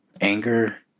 Anger